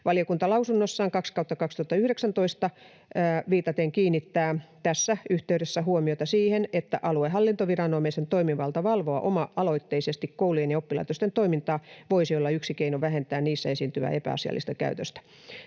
Viitaten lausuntoonsa 2/2019 valiokunta kiinnittää tässä yhteydessä huomiota siihen, että aluehallintoviranomaisen toimivalta valvoa oma-aloitteisesti koulujen ja oppilaitosten toimintaa voisi olla yksi keino vähentää niissä esiintyvää epäasiallista käytöstä.